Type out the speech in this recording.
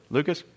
Lucas